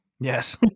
Yes